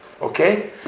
okay